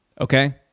okay